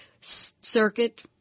circuit